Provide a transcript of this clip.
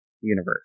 universe